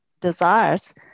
desires